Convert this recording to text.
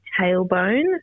tailbone